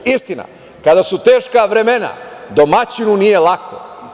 Istina, kad su teška vremena domaćinu nije lako.